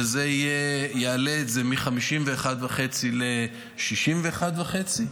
וזה יעלה את זה מ-51.5 ל-61.5,